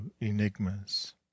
enigmas